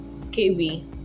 kb